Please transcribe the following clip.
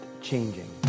Changing